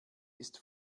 ist